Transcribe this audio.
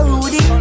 Rudy